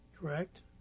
Correct